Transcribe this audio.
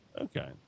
Okay